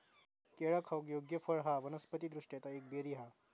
केळा खाऊक योग्य फळ हा वनस्पति दृष्ट्या ता एक बेरी हा